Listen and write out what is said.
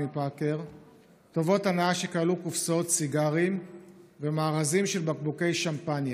מפאקר טובות הנאה שכללו קופסאות סיגרים ומארזים של בקבוקי שמפניה.